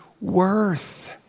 worth